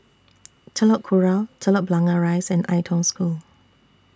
Telok Kurau Telok Blangah Rise and Ai Tong School